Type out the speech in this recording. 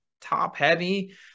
top-heavy